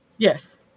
Yes